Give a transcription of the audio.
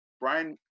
Brian